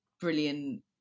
brilliant